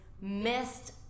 missed